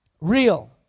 real